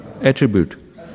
Attribute